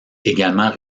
également